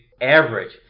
average